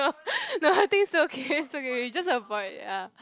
no no I think still okay still okay you just avoid ah